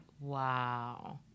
Wow